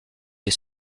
les